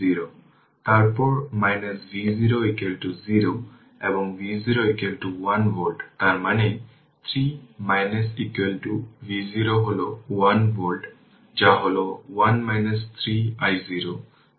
সুতরাং সেক্ষেত্রে যা হবে তা হল যে এটি দীর্ঘ সময়ের জন্য ওপেন থাকলে কারেন্ট এভাবে প্রবাহিত হবে এবং 6 Ω প্রতিরেজিস্টেন্স এ কোনও কারেন্ট থাকবে না কারণ এটি একটি শর্ট সার্কিটের মতো আচরণ করে